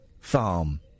farm